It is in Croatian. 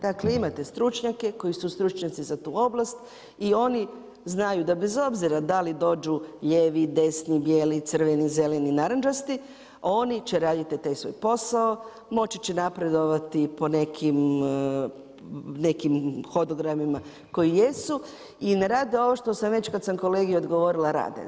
Dakle imate stručnjake koji su stručnjaci za tu oblast i oni znaju da bez obzira da li dođu lijevi, desni, bijeli, crveni, zeleni, narandžasti oni će raditi taj svoj posao, moći će napredovati po nekim hodogramima koji jesu i ne rade ovo što sam već kada sam kolegi odgovorila rade.